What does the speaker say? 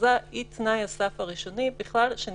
ההכרזה היא תנאי הסף הראשוני כדי